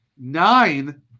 Nine